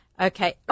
Okay